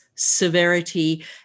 severity